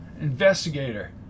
Investigator